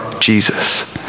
Jesus